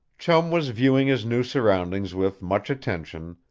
chum was viewing his new surroundings with much attention,